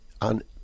on